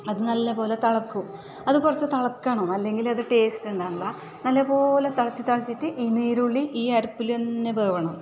അത് നല്ല പോലെ തിളക്കും അത് കുറച്ച് തിളക്കണം അല്ലെങ്കിൽ അത് ടേസ്റ്റണ്ടാവില്ല നല്ല പോലെ തിളച്ച് തെളച്ചിട്ട് നീരോലി ഈ അടുപ്പിൽ തന്നെ വേകണം